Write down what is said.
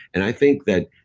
and i think that,